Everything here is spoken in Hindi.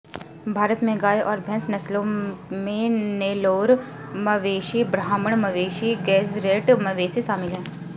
भारत में गाय और भैंस नस्लों में नेलोर मवेशी ब्राह्मण मवेशी गेज़रैट मवेशी शामिल है